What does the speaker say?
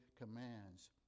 commands